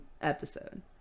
episode